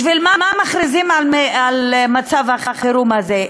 בשביל מה מכריזים על מצב החירום הזה?